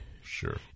sure